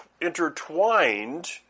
intertwined